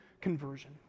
conversion